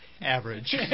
average